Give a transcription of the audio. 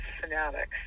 fanatics